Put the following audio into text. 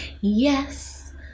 Yes